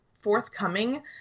forthcoming